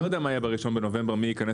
אני לא יודע מה היה ב- 1 בנובמבר מי ייכנס